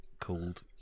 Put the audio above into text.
called